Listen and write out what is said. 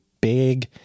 big